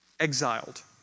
Exiled